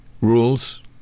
rules